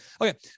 Okay